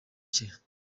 cye